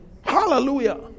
Hallelujah